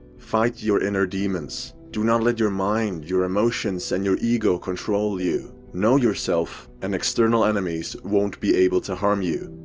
fight your inner demons. do not let your mind, your emotions and your ego control you. know yourself and external enemies won't be able to harm you.